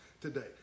today